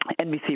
NBC